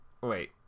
wait